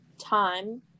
time